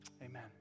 amen